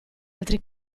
altri